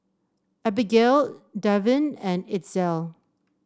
Abigale Davin and Itzel